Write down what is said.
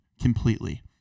completely